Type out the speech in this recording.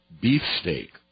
Beefsteak